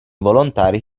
volontari